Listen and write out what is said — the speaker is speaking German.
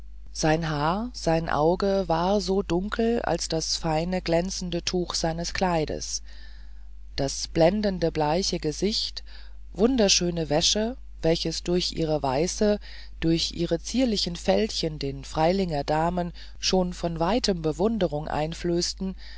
sein haar sein auge war so dunkel als das feine glänzende tuch seines kleides das blendend bleiche gesicht wunderschöne wäsche welche durch ihre weiße durch ihre zierlichen fältchen den freilinger damen schon von weitem bewunderung einflößte